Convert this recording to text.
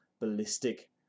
ballistic